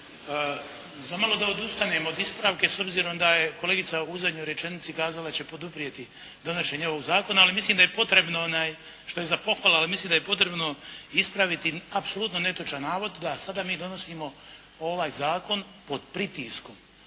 Zamalo da odustanem od ispravke, s obzirom da je kolegica u zadnjoj rečenici kazala da će poduprijeti donošenje ovog zakona, ali mislim da je potrebno, što je za pohvalu, ali mislim da je potrebno ispraviti apsolutno netočan navod da sada mi donosimo ovaj zakon pod pritiskom,